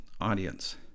audience